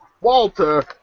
Walter